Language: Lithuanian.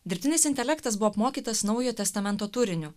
dirbtinis intelektas buvo apmokytas naujojo testamento turiniu